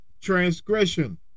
transgression